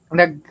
nag